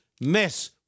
mess